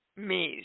me's